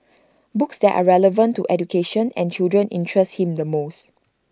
books that are relevant to education and children interest him the most